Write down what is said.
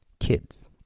kids